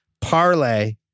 Parlay